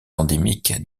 endémique